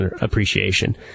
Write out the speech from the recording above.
appreciation